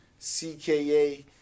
CKA